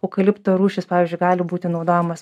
eukalipto rūšys pavyzdžiui gali būti naudojamos